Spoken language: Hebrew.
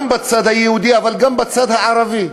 גם בצד היהודי, אבל גם בצד הערבי.